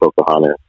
Pocahontas